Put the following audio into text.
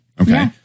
Okay